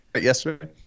yesterday